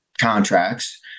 contracts